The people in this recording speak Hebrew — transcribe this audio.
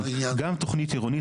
גם תוכנית עירונית,